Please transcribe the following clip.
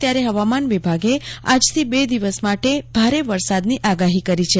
ત્યારે હવામાન વિભાગે આજથી બે દિવસ માટે ભારે વરસાદની આગાહી કરી છે